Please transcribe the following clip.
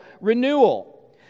renewal